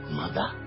mother